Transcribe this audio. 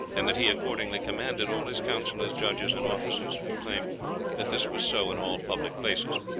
and that he accordingly commanded all his councillors, judges, and officers to proclaim that this was so in all public places.